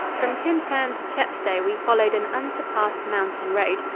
from tintern to chepstow we followed an unsurpassed mountain road.